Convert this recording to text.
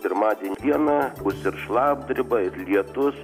pirmadienį dieną bus ir šlapdriba ir lietus